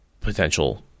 potential